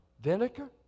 vinegar